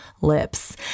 lips